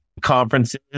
conferences